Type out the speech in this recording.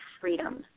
freedom